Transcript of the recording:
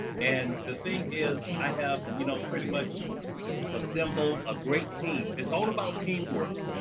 and the thing is, i have you know pretty much assembled a great team. it's all about teamwork.